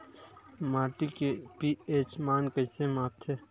माटी के पी.एच मान कइसे मापथे?